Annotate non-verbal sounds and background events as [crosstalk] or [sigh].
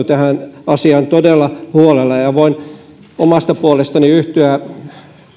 [unintelligible] tähän asiaan todella huolella voin omasta puolestani yhtyä